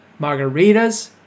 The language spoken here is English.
margaritas